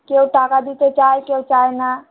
কেউ টাকা দিতে চায় কেউ চায় না